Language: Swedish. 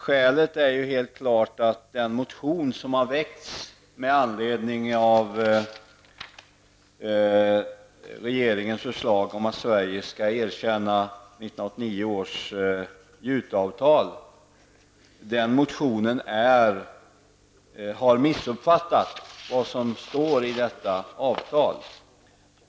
Skälet är helt klart att den motion som har väckts med anledning av regeringens förslag om att Sverige skall erkänna 1989 års juteavtal visar att man har missuppfattat vad som står i detta avtal.